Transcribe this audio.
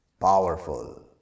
powerful